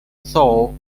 though